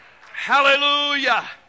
Hallelujah